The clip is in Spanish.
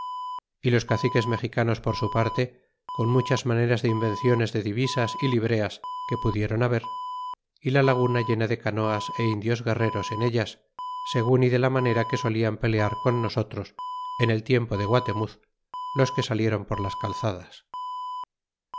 y los caciques mexicanos por su parte con muchas maneras de invenciones de divisas y libreas que pudieron haber y la laguna llena de canoas é indios guerreros en ellas segun y de la manera que solian pelear con nosotros en el tiempo de guatemuz los que salieron por las calzadas